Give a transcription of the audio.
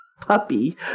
puppy